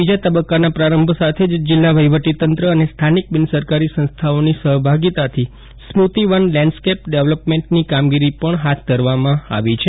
બીજા તબક્કાના પ્રારંભ સાથે જ જિલ્લા વફીવટીતંત્ર અને સ્થાનિક બિનસરકારી સંસ્થાઓની સફભાગિતાથી સ્મૃતિવન લેન્ડસ્કેપ ડેવલપમેન્ટની કામગીરી પણ ફાથ ધરવામાં આવી છે